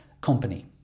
company